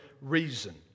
reason